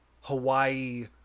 Hawaii